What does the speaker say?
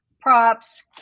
props